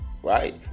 Right